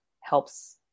helps